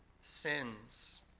sins